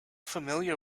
familiar